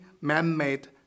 man-made